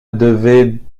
devait